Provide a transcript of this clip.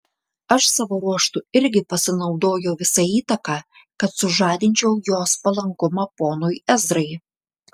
aš savo ruožtu irgi pasinaudojau visa įtaka kad sužadinčiau jos palankumą ponui ezrai